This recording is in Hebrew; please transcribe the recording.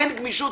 אין גמישות.